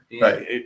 Right